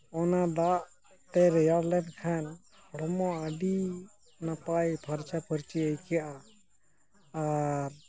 ᱚᱱᱟ ᱫᱟᱜ ᱛᱮ ᱨᱮᱭᱟᱲ ᱞᱮᱱᱠᱷᱟᱱ ᱦᱚᱲᱢᱚ ᱟᱹᱰᱤ ᱱᱟᱯᱟᱭ ᱯᱷᱟᱨᱪᱟᱼᱯᱷᱟᱹᱨᱪᱤ ᱟᱹᱭᱠᱟᱹᱜᱼᱟ ᱟᱨ